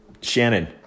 Shannon